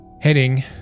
Heading